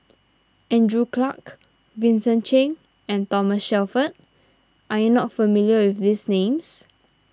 Andrew Clarke Vincent Cheng and Thomas Shelford are you not familiar with these names